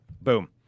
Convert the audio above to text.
Boom